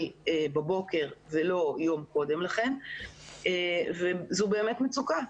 בבוקר ולא יום קודם לכן וזו באמת מצוקה.